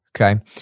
Okay